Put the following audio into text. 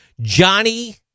Johnny